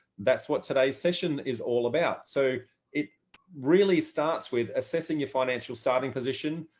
that's what today's session is all about. so it really starts with assessing your financial starting position,